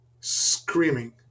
screaming